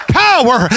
power